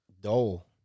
Dole